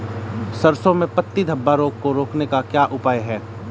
सरसों में पत्ती धब्बा रोग को रोकने का क्या उपाय है?